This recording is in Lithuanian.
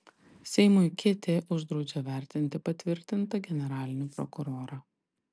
seimui kt uždraudžia vertinti patvirtintą generalinį prokurorą